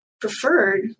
preferred